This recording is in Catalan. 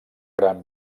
gran